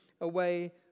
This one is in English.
away